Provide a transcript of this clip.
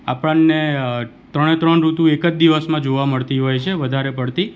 આપણને ત્રણે ત્રણ ઋતું એક જ દિવસમાં જોવા મળતી હોય છે વધારે પડતી